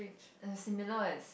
err similar as